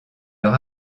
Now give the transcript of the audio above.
leur